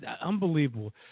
unbelievable